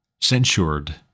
censured